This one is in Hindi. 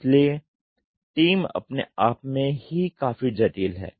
इसलिए टीम अपने आप में ही काफी जटिल है